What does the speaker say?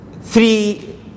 three